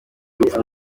y’urupfu